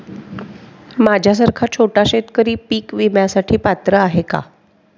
माझ्यासारखा छोटा शेतकरी पीक विम्यासाठी पात्र आहे का?